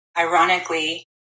Ironically